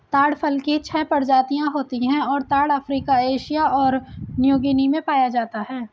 ताड़ फल की छह प्रजातियाँ होती हैं और ताड़ अफ्रीका एशिया तथा न्यूगीनी में पाया जाता है